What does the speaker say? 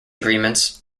agreements